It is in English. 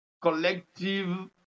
collective